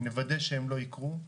נוודא שהם לא יקרו.